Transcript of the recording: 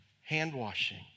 hand-washing